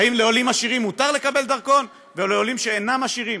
האם לעולים עשירים מותר לקבל דרכון ולעולים שאינם עשירים